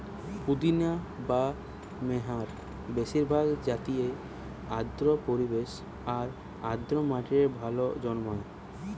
পুদিনা বা মেন্থার বেশিরভাগ জাতিই আর্দ্র পরিবেশ আর আর্দ্র মাটিরে ভালা জন্মায়